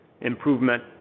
improvement